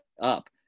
up